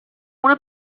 una